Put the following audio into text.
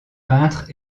peintre